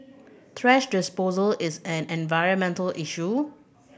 thrash disposal is an environmental issue